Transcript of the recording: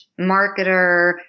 marketer